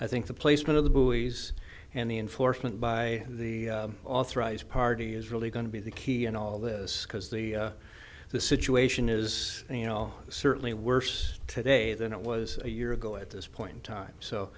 i think the placement of the buoys and the enforcement by the authorized party is really going to be the key in all this because the the situation is you know certainly worse today than it was a year ago at this point in time so